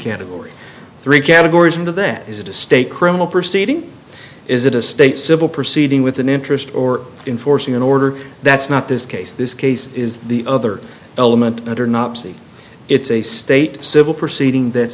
category three categories into that is it a state criminal proceeding is it a state civil proceeding with an interest or enforcing an order that's not this case this case is the other element under nazi it's a state civil proceeding that